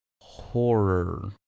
Horror